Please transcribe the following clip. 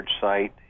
site